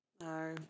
No